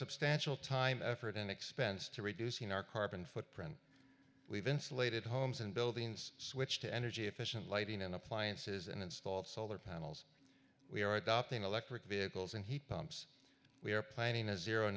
substantial time effort and expense to reducing our carbon footprint we've insulated homes and buildings switched to energy efficient lighting and appliances and installed solar panels we are adopting electric vehicles and heat pumps we are planning a zero